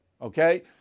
Okay